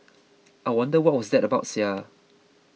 I wonder what that was about S I A